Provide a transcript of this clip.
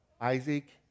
Isaac